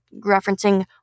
referencing